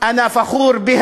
אני משלים בערבית.